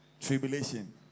tribulation